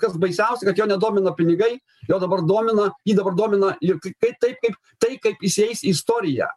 kas baisiausia kad jo nedomina pinigai jo dabar domina jį dabar domina juk kai taip kaip tai kaip jis įeis į istoriją